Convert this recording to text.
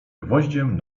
gwoździem